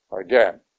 Again